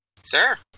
Sir